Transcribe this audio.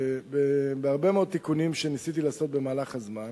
בהרבה מאוד תיקונים שניסיתי לעשות במהלך הזמן.